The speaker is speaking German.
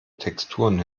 texturen